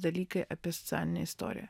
dalykai apie socialinę istoriją